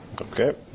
Okay